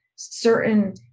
certain